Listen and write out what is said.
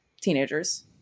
teenagers